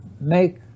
make